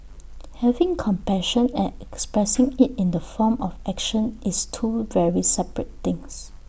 having compassion and expressing IT in the form of action is two very separate things